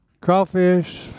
crawfish